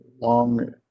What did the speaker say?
Long